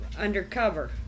undercover